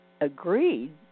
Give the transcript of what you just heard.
agreed